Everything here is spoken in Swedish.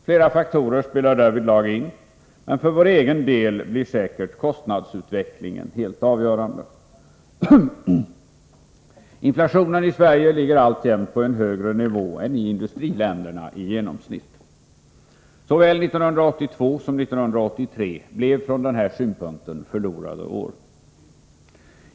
Flera faktorer spelar därvidlag in, men för vår egen del blir säkert kostnadsutvecklingen helt avgörande. Inflationen i Sverige ligger alltjämt på en högre nivå än i industriländerna i genomsnitt. Såväl 1982 som 1983 blev från den här synpunkten förlorade år.